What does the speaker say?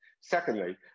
Secondly